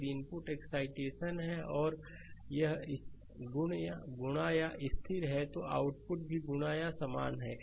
यदि input excitation है और यह गुणा स्थिर है तो आउटपुट भी गुणा समान है